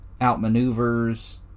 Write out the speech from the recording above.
outmaneuvers